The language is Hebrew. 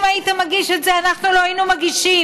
אם היית מגיש את זה אנחנו לא היינו מגישים,